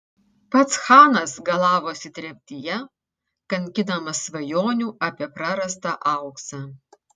pats chanas galavosi tremtyje kankinamas svajonių apie prarastą auksą